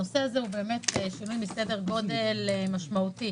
הנושא הזה הוא שינוי בסדר גודל משמעותי,